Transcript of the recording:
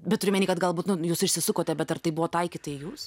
bet turiu omeny kad galbūt nu jūs išsisukote bet ar tai buvo taikyta į jūs